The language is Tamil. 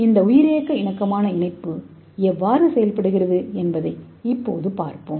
இந்த உயிரியக்க இணக்கமான இணைப்பு எவ்வாறு செயல்படுகிறது என்பதை இப்போது பார்ப்போம்